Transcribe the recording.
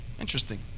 Interesting